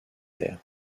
terres